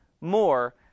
more